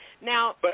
Now